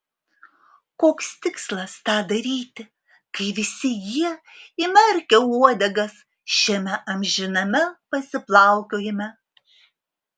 koks tikslas tą daryti kai visi jie įmerkę uodegas šiame amžiname pasiplaukiojime